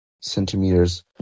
centimeters